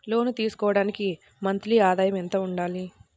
లోను తీసుకోవడానికి మంత్లీ ఆదాయము ఎంత ఉండాలి?